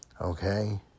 okay